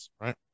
right